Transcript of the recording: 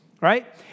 right